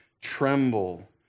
tremble